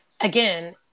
again